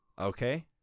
Okay